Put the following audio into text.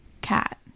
cat